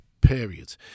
period